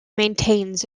maintains